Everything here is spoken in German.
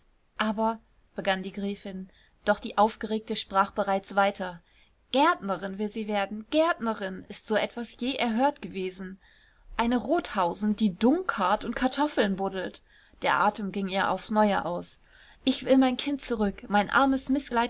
aber begann die gräfin doch die aufgeregte sprach bereits weiter gärtnerin will sie werden gärtnerin ist so etwas je erhört gewesen eine rothausen die dung karrt und kartoffeln buddelt der atem ging ihr aufs neue aus ich will mein kind zurück mein armes